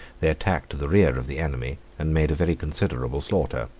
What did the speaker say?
they attacked the rear of the enemy, and made a very considerable slaughter.